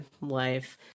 life